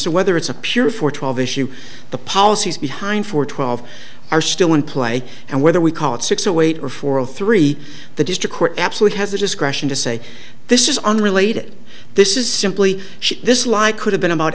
so whether it's a pure for twelve issue the policies behind for twelve are still in play and whether we call it six to eight or four or three the district court absolute has the discretion to say this is unrelated this is simply this light could have been about